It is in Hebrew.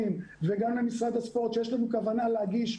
וגם למשרד הספורט שיש לנו כוונה להגיש,